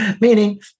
Meaning